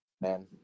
man